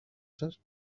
σας